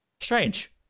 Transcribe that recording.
strange